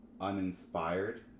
uninspired